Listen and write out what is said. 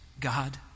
God